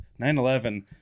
9-11